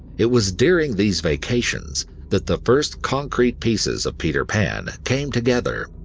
it was during these vacations that the first concrete pieces of peter pan came together,